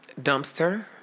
dumpster